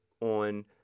on